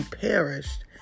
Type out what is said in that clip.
perished